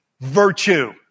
virtue